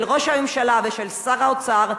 של ראש הממשלה ושל שר האוצר,